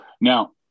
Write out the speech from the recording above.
now